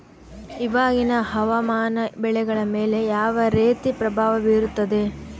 ಇವಾಗಿನ ಹವಾಮಾನ ಬೆಳೆಗಳ ಮೇಲೆ ಯಾವ ರೇತಿ ಪ್ರಭಾವ ಬೇರುತ್ತದೆ?